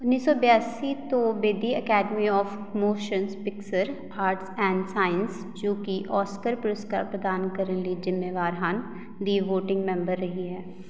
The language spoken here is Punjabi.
ਉੱਨੀ ਸੌ ਬਿਆਸੀ ਤੋਂ ਬੇਦੀ Academy of Motion Pictures Arts and Science ਜੋ ਕਿ ਔਸਕਰ ਪੁਰਸਕਾਰ ਪ੍ਰਦਾਨ ਕਰਨ ਲਈ ਜ਼ਿੰਮੇਵਾਰ ਹਨ ਦੀ ਵੋਟਿੰਗ ਮੈਂਬਰ ਰਹੀ ਹੈ